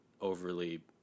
overly